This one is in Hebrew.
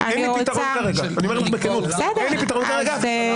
אני אומר לך בכנות שכרגע אין לי פתרון.